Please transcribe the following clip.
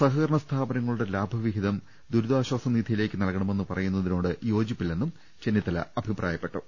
സഹക രണ സ്ഥാപനങ്ങളുടെ ലാഭവിഹിതം ദുരിതാശ്ചാസ നിധിയി ലേക്ക് നൽകണമെന്ന് പറയുന്നതിനോട് യോജിപ്പില്ലെന്നും ചെന്നിത്തല അഭിപ്രായപ്പെട്ടു